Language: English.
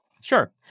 Sure